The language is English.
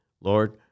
Lord